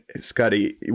Scotty